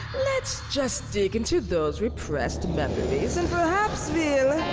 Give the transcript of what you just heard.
let's just dig into those repressed memories and perhaps ve'll